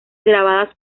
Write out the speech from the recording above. grabadas